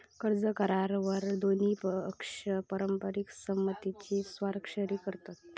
कर्ज करारावर दोन्ही पक्ष परस्पर संमतीन स्वाक्षरी करतत